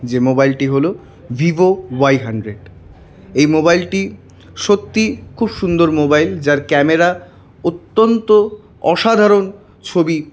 যে মোবাইলটি হল ভিভো ওয়াই হানড্রেড এই মোবাইলটি সত্যিই খুব সুন্দর মোবাইল যার ক্যামেরা অত্যন্ত অসাধারণ ছবি